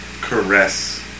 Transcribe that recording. Caress